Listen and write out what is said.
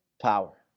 power